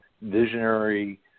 visionary